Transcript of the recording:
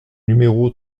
numéro